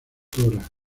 dra